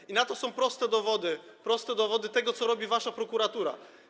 I na to są proste dowody, są proste dowody tego, co robi wasza prokuratura.